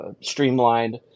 streamlined